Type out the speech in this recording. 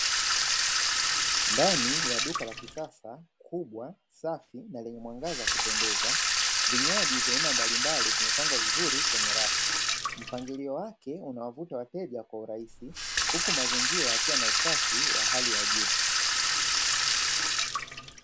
Ndani ya duka la kisasa kubwa safi lenye mwangaza wa kupendeza, vinywaji vya aina mbali mbali vimepangwa vizuri kwenye rafu mpangilio wake unawavuta wateja kwa urahisi huku mazingira yakiwa na usafi wa hali ya juu.